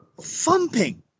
thumping